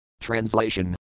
Translation